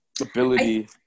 ability